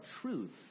truth